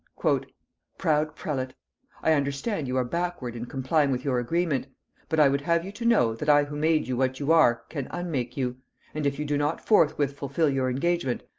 proud prelate i understand you are backward in complying with your agreement but i would have you to know, that i who made you what you are can unmake you and if you do not forthwith fulfil your engagement,